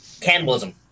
cannibalism